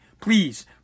Please